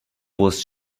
was